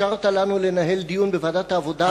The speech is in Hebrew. אישרת לנו לנהל דיון בוועדת העבודה,